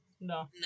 No